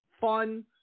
fun